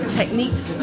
techniques